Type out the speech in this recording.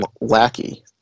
lackey